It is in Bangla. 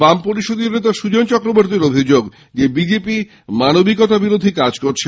বাম পরিষদীয় দলনেতা সুজন চক্রবর্তী অভিযোগ করেন বিজেপি মানবিকতা বিরোধী কাজ করছে